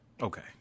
Okay